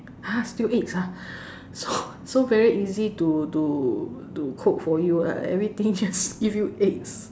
!huh! still eggs ah so so very easy to to to cook for you ah everything just give you eggs